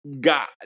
God